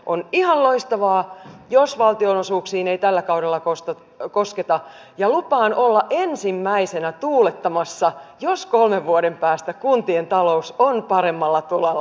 on ihan loistavaa jos valtionosuuksiin ei tällä kaudella kosketa ja lupaan olla ensimmäisenä tuulettamassa jos kolmen vuoden päästä kuntien talous on paremmalla tolalla